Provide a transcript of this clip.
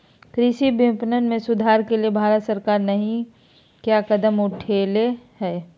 कृषि विपणन में सुधार के लिए भारत सरकार नहीं क्या कदम उठैले हैय?